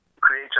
create